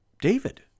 David